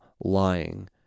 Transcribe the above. Lying